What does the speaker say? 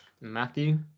Matthew